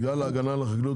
בגלל ההגנה על החקלאות,